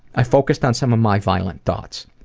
i focused on some of my violent thoughts.